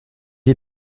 est